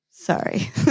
Sorry